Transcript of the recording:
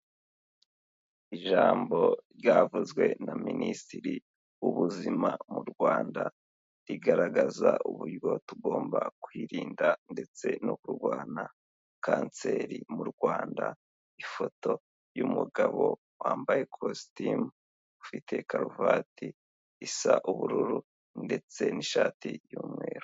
Ijambo ryavuzwe na Minisitiri w'ubuzima mu Rwanda rigaragaza uburyo tugomba kwirinda ndetse no kurwana kanseri mu Rwanda. Ifoto y'umugabo wambaye kositimu ufite karuvati isa ubururu ndetse n'ishati y'umweru.